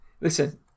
listen